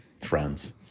friends